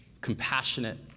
compassionate